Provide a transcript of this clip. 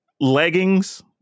leggings